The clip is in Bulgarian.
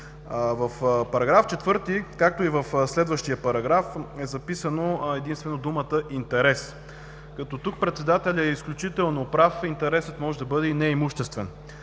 В § 4, както и в следващия параграф, е записана единствено думата „интерес“. Тук председателят е изключително прав – интересът може да бъде и неимуществен.